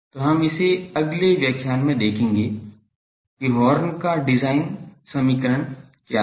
तो हम इसे अगले व्याख्यान में देखेंगे कि हॉर्न का डिज़ाइन समीकरण क्या है